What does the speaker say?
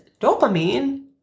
dopamine